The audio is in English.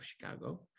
Chicago